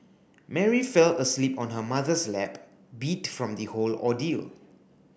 Mary fell asleep on her mother's lap beat from the whole ordeal